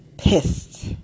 Pissed